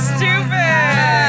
Stupid